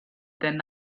than